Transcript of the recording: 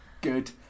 Good